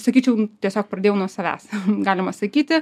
sakyčiau tiesiog pradėjau nuo savęs galima sakyti